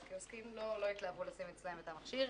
אז קיוסקים לא התלהבו לשים אצלם את המכשיר.